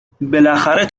بالاخره